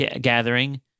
gathering